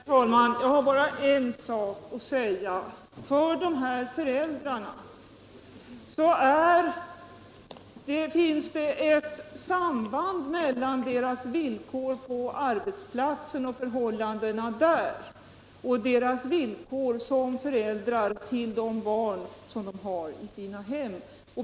Herr talman! Jag har bara en sak att tillägga. För dessa föräldrar finns det ett samband mellan deras villkor på arbetsplatsen och förhållandena där och deras villkor som föräldrar till de barn de har i sina hem.